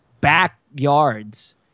backyards